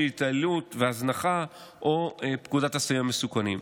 התעללות והזנחה או פקודת הסמים המסוכנים.